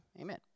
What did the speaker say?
amen